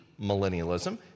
millennialism